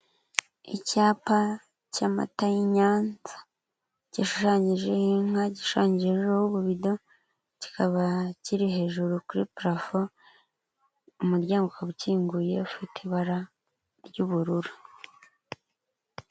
Icyapa cy'amata y'i Nyanza gishushanyijeho inka, gishushanyijeho ububido, kikaba kiri hejuru kuri purafo, umuryango ukaba ukinguye ufite ibara ry'ubururu.